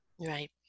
Right